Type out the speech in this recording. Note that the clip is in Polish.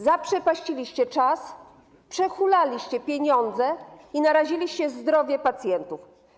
Zaprzepaściliście czas, przehulaliście pieniądze i naraziliście zdrowie pacjentów.